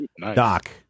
Doc